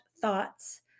thoughts